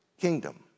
kingdom